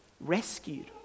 rescued